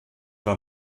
war